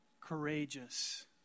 courageous